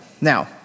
Now